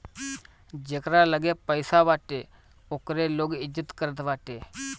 जेकरा लगे पईसा बाटे ओकरे लोग इज्जत करत बाटे